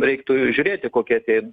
reiktų žiūrėti kokia tie